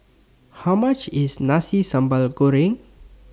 How much IS Nasi Sambal Goreng